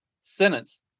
sentence